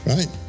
Right